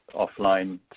offline